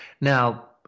Now